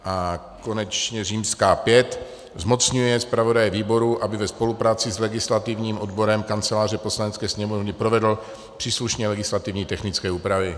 V. zmocňuje zpravodaje výboru, aby ve spolupráci s legislativním odborem Kanceláře Poslanecké sněmovny provedl příslušné legislativně technické úpravy.